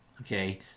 Okay